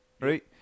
right